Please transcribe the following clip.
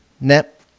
net